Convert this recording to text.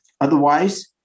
otherwise